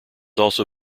also